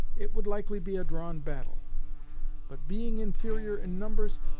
it would likely be a drawn battle but being inferior in numbers,